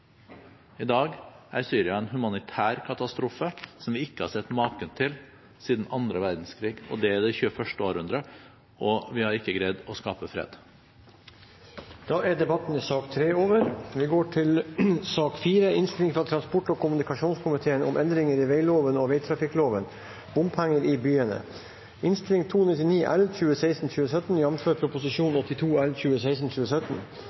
I dag er Syria en humanitær katastrofe som vi ikke har sett maken til siden den andre verdenskrigen. Det skjer i det 21. århundre, og vi har ikke greid å skape fred. Debatten i sak nr. 3 er dermed avsluttet. Etter ønske fra transport- og kommunikasjonskomiteen vil presidenten foreslå at taletiden blir begrenset til 5 minutter til hver partigruppe og